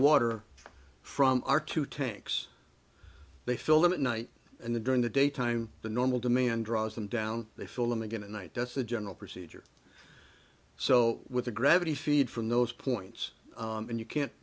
water from our two tanks they fill them at night and the during the daytime the normal demand draws them down they fill them again tonight that's the general procedure so with the gravity feed from those points and you can't